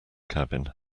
cabin